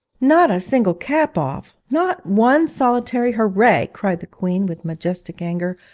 not a single cap off not one solitary hurray cried the queen with majestic anger.